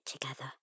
together